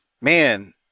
Man